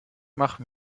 mache